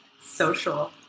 social